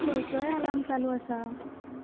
खंयचोय आलार्म चालू आसा